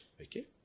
Okay